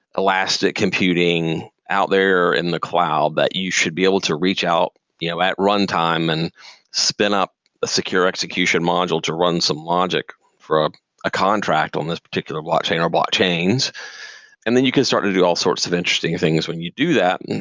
elastic computing out there in the cloud that you should be able to reach out you know at run time and spin up a secure execution module to run some logic for a contract on this particular blockchain or blockchains and then you can start to do all sorts of interesting things when you do that.